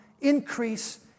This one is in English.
increase